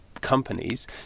companies